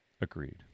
Agreed